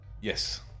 Yes